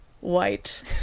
white